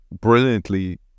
brilliantly